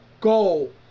goal